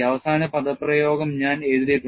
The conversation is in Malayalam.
അവസാന പദപ്രയോഗം ഞാൻ എഴുതിയിട്ടുണ്ട്